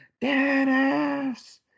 Dennis